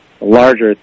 larger